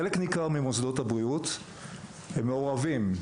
חלק ניכר ממוסדות הבריאות הם מעורבים,